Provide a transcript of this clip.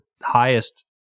highest